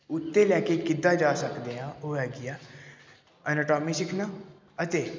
ਉੱਤੇ ਲੈ ਕੇ ਕਿੱਦਾਂ ਜਾ ਸਕਦੇ ਹਾਂ ਉਹ ਹੈਗੀ ਆ ਐਨਟੋਮੀ ਸਿੱਖਣਾ ਅਤੇ